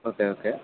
okay okay